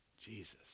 Jesus